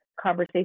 conversation